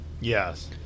yes